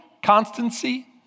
Constancy